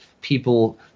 people